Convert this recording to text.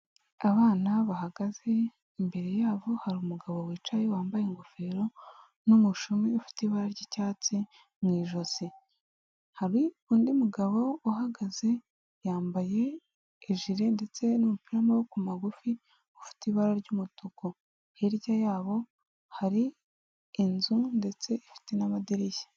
Abana bahagaze imbere yabo hari umugabo wicaye wambaye ingofero n'umushumi ufite ibara ry'icyatsi mu ijosi, hari undi mugabo uhagaze yambaye ijire ndetse n'umupira w'amaboko magufi ufite ibara ry'umutuku, hirya yabo hari inzu ndetse ifite n'amadirishya.